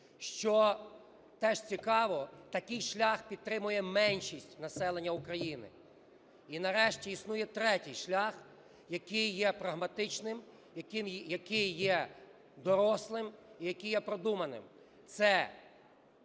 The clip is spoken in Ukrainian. що теж цікаво, такий шлях підтримує меншість населення України. І нарешті існує третій шлях, який є прагматичним, який є дорослим і який є продуманим.